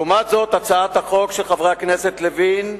לעומת זאת, הצעת החוק של חברי הכנסת לוין,